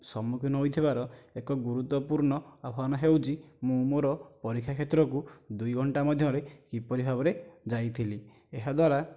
ସମ୍ମୁଖୀନ ହୋଇଥିବାର ଏକ ଗୁରୁତ୍ୱପୂର୍ଣ୍ଣ ଆହ୍ୱାନ ହେଉଛି ମୁଁ ମୋର ପରୀକ୍ଷା କ୍ଷେତ୍ରକୁ ଦୁଇ ଘଣ୍ଟା ମଧ୍ୟ ରେ କିପରି ଭାବରେ ଯାଇଥିଲି ଏହାଦ୍ୱାରା